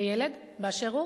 הילד באשר הוא,